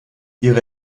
ihre